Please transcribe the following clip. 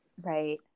Right